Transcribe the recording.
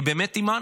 כי באמת האמנו,